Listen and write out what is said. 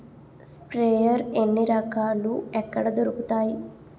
Sprayer ఎన్ని రకాలు? ఎక్కడ దొరుకుతాయి?